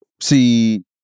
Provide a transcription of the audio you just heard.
See